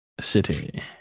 city